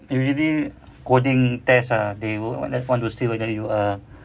they really coding test ah they would will want to see whether you are